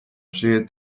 żyje